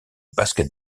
basket